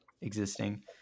existing